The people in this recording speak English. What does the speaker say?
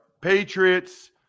Patriots